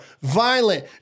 violent